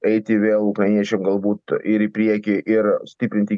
eiti vėl ukrainiečiam galbūt ir į priekį ir stiprinti